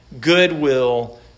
goodwill